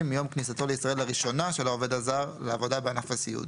מיום כניסתו לישראל לראשונה של העובד הזר לעבודה בענף הסיעוד: